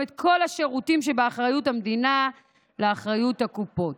את כל השירותים שבאחריות המדינה לאחריות הקופות.